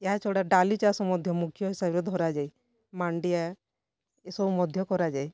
ଏହାଛଡ଼ା ଡ଼ାଲି ଚାଷ ମଧ୍ୟ ମୁଖ୍ୟ ହିସାବରେ ଧରାଯାଏ ମାଣ୍ଡିଆ ଏସବୁ ମଧ୍ୟ କରାଯାଏ